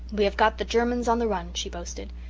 we have got the germans on the run, she boasted.